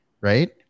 right